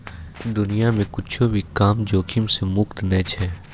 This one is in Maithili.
दुनिया मे कुच्छो भी काम जोखिम से मुक्त नै छै